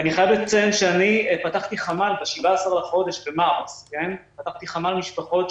ואני חייב לציין שאני פתחתי ב-17 במרץ חמ"ל משפחות,